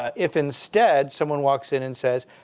ah if instead someone walks in and says,